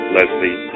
Leslie